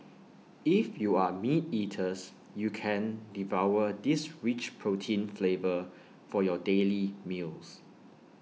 if you are meat eaters you can devour this rich protein flavor for your daily meals